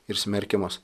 ir smerkiamas